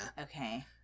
okay